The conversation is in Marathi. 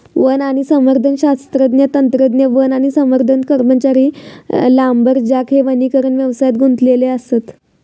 वन आणि संवर्धन शास्त्रज्ञ, तंत्रज्ञ, वन आणि संवर्धन कर्मचारी, लांबरजॅक हे वनीकरण व्यवसायात गुंतलेले असत